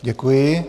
Děkuji.